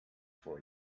for